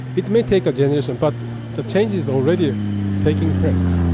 it may take a generation, but the change is already taking place.